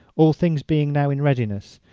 all things being now in readiness,